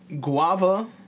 Guava